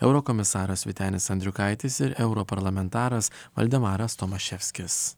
eurokomisaras vytenis andriukaitis ir europarlamentaras valdemaras tomaševskis